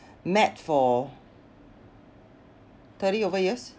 met for thirty over years